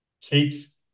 keeps